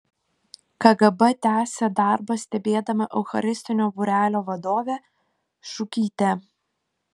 kgb tęsė darbą stebėdama eucharistinio būrelio vadovę šukytę